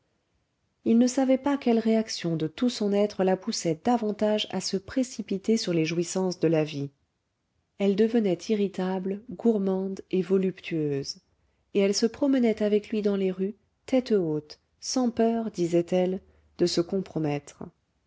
il ne savait pas quelle réaction de tout son être la poussait davantage à se précipiter sur les jouissances de la vie elle devenait irritable gourmande et voluptueuse et elle se promenait avec lui dans les rues tête haute sans peur disaitelle de se compromettre